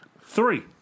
Three